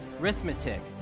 Arithmetic